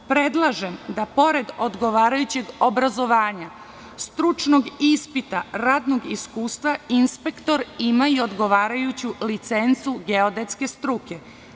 Predlažem da pored odgovarajućeg obrazovanja, stručnog ispita, radnog iskustva, inspektor ima i odgovarajuću licencu geodetske struke.